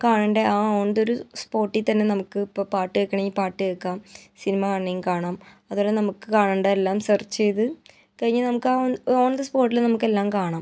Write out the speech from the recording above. കാണേണ്ടത് ആ on the ഒരു സ്പോട്ടിൽ തന്നെ നമുക്ക് ഇപ്പോൾ പാട്ട് കേൾക്കണമെങ്കിൽ പാട്ട് കേൾക്കാം സിനിമ കാണണമെങ്കിൽ കാണാം അതുപോലെ തന്നെ കാണേണ്ടതെല്ലാം സെർച്ച് ചെയ്തുകഴിഞ്ഞാൽ ആ ഓൺ ദി സ്പോട്ടിൽ നമുക്കെല്ലാം കാണാം